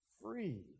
free